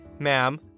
Ma'am